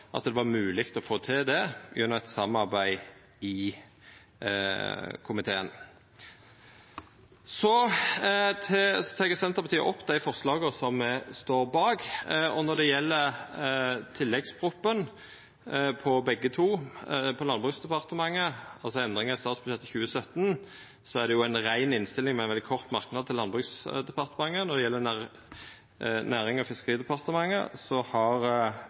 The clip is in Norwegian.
at det var mogleg å få til det gjennom eit samarbeid i komiteen. Så tek eg opp dei forslaga som Senterpartiet har sett fram saman med andre parti. Når det gjeld tilleggsproposisjonane frå begge to: Når det gjeld Landbruks- og matdepartementet, om endringar i statsbudsjettet for 2017, er det ei rein innstilling med ein veldig kort merknad til Landbruks- og matdepartementet. Når det gjeld Nærings- og fiskeridepartementet, har